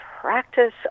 practice